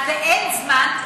אז באין זמן,